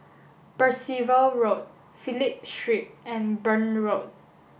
Percival Road Phillip Street and Burn Road